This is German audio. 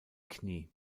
knie